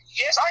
yes